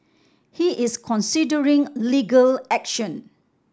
he is considering legal action